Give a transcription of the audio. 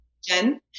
Jen